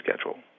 schedule